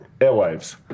airwaves